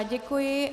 Děkuji.